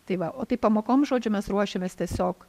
tai va o tai pamokom žodžiu mes ruošiamės tiesiog